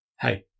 Hey